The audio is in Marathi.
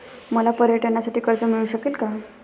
मला पर्यटनासाठी कर्ज मिळू शकेल का?